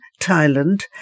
Thailand